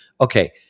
okay